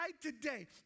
today